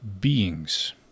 beings